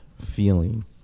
feeling